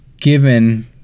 given